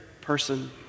person